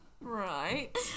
Right